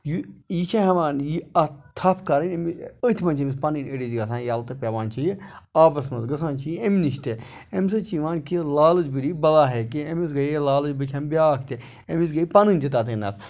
یہِ یہِ چھِ ہیٚوان یہِ اَتھ تھپھ کَرٕنۍ أمِس أتھۍ منٛز چھِ أمِس پَنٕنۍ أڑِج گژھان ییلہٕ تہٕ پیٚوان چھِ یہِ آبَس منٛز گژھان چھِ یہِ اَمہِ نِش تہِ امہِ سۭتۍ چھِ یِوان کہِ لالچ بُری بَلا ہے کینٛہہ أمِس گٔے یہِ لالٕچ بٔہِ کھیٚمہٕ بیٛاکھ تہِ أمِس گٔے پَنٕنۍ تہِ تَتھے نَس